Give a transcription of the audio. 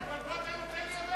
לא לקחת כסף.